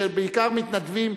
בעיקר של מתנדבים,